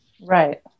Right